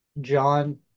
John